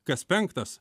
kas penktas